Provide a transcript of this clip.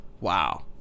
Wow